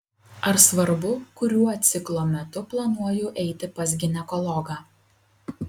ar svarbu kuriuo ciklo metu planuoju eiti pas ginekologą